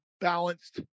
balanced